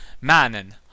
Manon